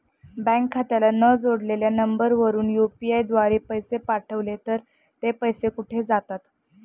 Bank खात्याला न जोडलेल्या नंबरवर यु.पी.आय द्वारे पैसे पाठवले तर ते पैसे कुठे जातात?